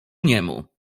niemu